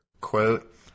quote